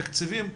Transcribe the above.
תקציביים,